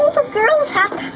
the girls